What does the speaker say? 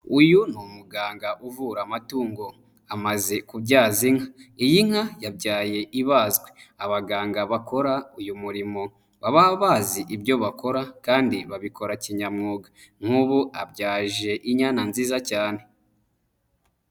Uyu ni umuganga uvura amatungo, amaze kubyaza inka. Iyi nka yabyaye ibazwe. Abaganga bakora uyu murimo baba bazi ibyo bakora kandi babikora kinyamwuga nk'ubu abyaje inyana nziza cyane.